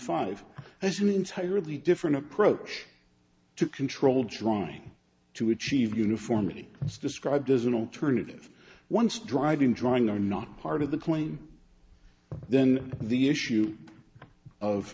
five as an entirely different approach to control trying to achieve uniformity described as an alternative once driving drawing are not part of the claim then the issue of